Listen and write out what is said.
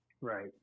Right